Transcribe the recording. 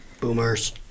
Boomers